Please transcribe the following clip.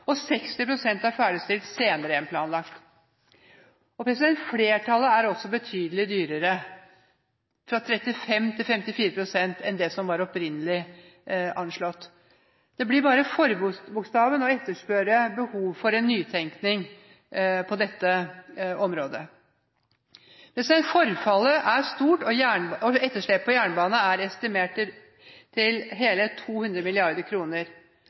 60 pst. er ferdigstilt senere enn planlagt. Flertallet av disse investeringsprosjektene har også blitt betydelig dyrere – fra 35 pst. til 54 pst. – enn det som var opprinnelig anslått. Det blir bare forbokstaven å etterspørre behovet for nytenkning på dette området. Forfallet er stort, og etterslepet på jernbanen er estimert til hele 200